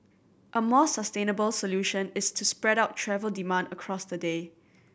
a more sustainable solution is to spread out travel demand across the day